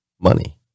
money